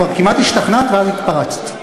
כמעט השתכנעתְ, ואז התפרצת.